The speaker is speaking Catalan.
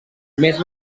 més